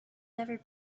never